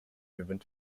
movement